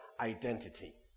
identity